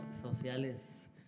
sociales